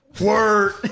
Word